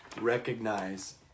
recognize